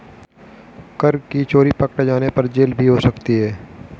कर की चोरी पकडे़ जाने पर जेल भी हो सकती है